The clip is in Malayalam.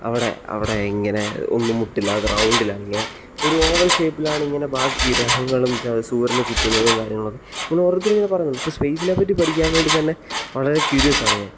അവിടെ അവിടെ ഇങ്ങനെ ഒന്ന് മുട്ടില്ല അത് റൗണ്ടിലാണ് ഇങ്ങനെ ഒരു ഓവൽ ഷേപ്പിലാണ് ഇങ്ങനെ ബാക്കി ഗ്രഹങ്ങളും സൂര്യന് ചുറ്റുന്നതും കാര്യങ്ങളൊക്കെ അപ്പോൾ ഓരോരുത്തർ ഇങ്ങനെ പറയും അപ്പോൾ സ്പേസിനെ പറ്റി പഠിക്കാൻ വേണ്ടിത്തന്നെ വളരെ ക്യൂരിയസ്സാണ് ഞാൻ